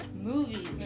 Movies